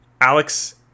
Alex